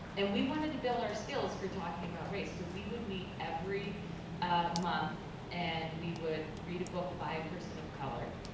and we wanted to build our skills for talking about race so we would meet every month and we would read a book by a person of color.